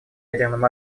ядерным